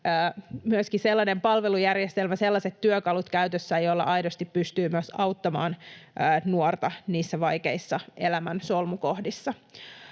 myöskin sellainen palvelujärjestelmä ja sellaiset työkalut käytössä, joilla aidosti pystyy myös auttamaan nuorta niissä vaikeissa elämän solmukohdissa.